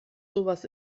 sowas